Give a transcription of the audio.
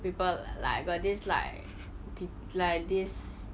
people like will this like thi~ like this